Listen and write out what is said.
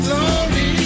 Lonely